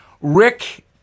Rick